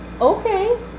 okay